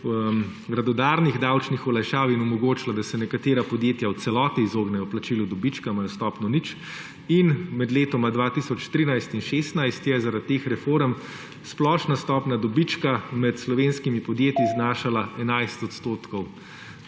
radodarnih davčnih olajšav in omogočila, da se nekatera podjetja v celoti izognejo plačilu dobička, imajo stopnjo 0. Med letoma 2013 in 2016 je zaradi teh reform splošna stopnja dobička med slovenskimi podjetji znašala med